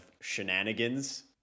shenanigans